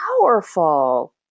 powerful